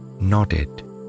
nodded